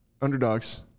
underdogs